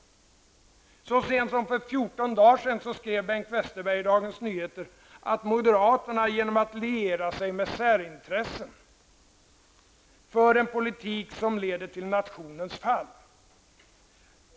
Så sent som för 14 dagar sedan skrev Bengt Westerberg i Dagens Nyheter att moderaterna genom att liera sig med särintressen för en politik som leder till nationens fall.